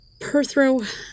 Perthrow